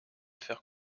faire